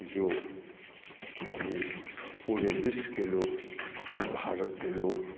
जो कभी पूरे विश्व के लोग और भारत के लोग